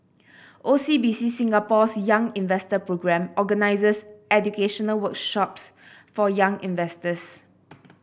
O C B C Singapore's Young Investor Programme organizes educational workshops for young investors